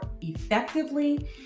effectively